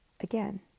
Again